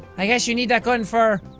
i guess you need that gun for.